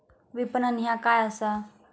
विपणन ह्या काय असा?